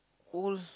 old